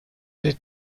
their